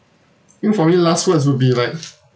think for me last words would be like